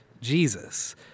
Jesus